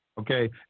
Okay